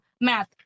math